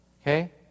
Okay